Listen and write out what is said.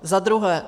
Za druhé.